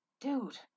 Dude